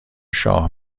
شاه